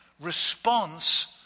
response